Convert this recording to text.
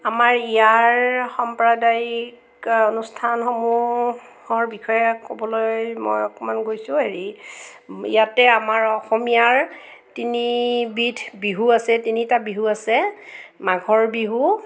আমাৰ ইয়াৰ সাম্প্ৰদায়িক অনুষ্ঠানসমূহৰ বিষয়ে ক'বলৈ মই অকণমান গৈছোঁ হেৰি ইয়াতে আমাৰ অসমীয়াৰ তিনিবিধ বিহু আছে তিনিটা বিহু আছে মাঘৰ বিহু